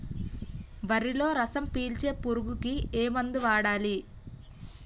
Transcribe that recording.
వరిలో రసం పీల్చే పురుగుకి ఏ మందు వాడాలి?